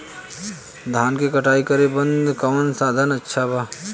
धान क कटाई करे बदे कवन साधन अच्छा बा?